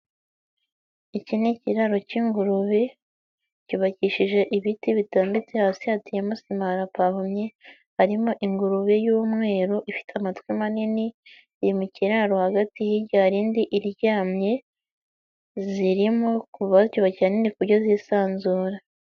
Iki ni ikiraro kjj'ingurube, cyubakishije ibiti bitambitse hasi hateyemo sima harapavomye, harimo ingurube y'umweru ifite amatwi manini, iri mu kiraro hagati hirya hari indi iryamye, zirimo bacyubakiye hanini ku buryo zisanzura.